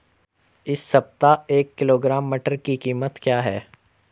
इस सप्ताह एक किलोग्राम मटर की कीमत क्या है?